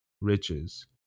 riches